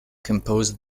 composed